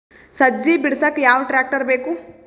ಸಜ್ಜಿ ಬಿಡಸಕ ಯಾವ್ ಟ್ರ್ಯಾಕ್ಟರ್ ಬೇಕು?